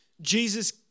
Jesus